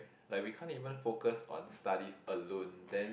like we can't even focus on studies alone then